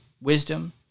wisdom